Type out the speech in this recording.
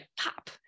pop